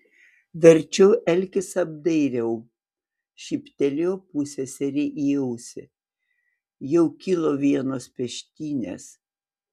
verčiau elkis apdairiau šnypštelėjo pusseserei į ausį jau kilo vienos peštynės